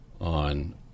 on